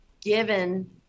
given